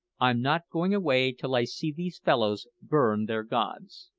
i'm not going away till i see these fellows burn their gods.